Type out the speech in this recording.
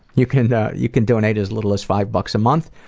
you can you can donate as little as five bucks a month,